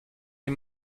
des